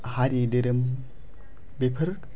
हारि धोरोम बेफोर